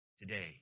Today